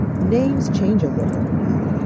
names change a little, you know,